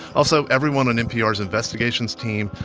also everyone on npr's investigations team,